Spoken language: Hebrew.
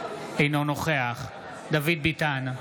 אינו נוכח דוד ביטן,